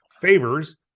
favors